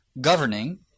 governing